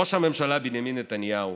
ראש הממשלה בנימין נתניהו